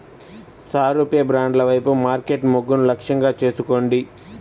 సారూప్య బ్రాండ్ల వైపు మార్కెట్ మొగ్గును లక్ష్యంగా చేసుకోండి